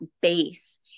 base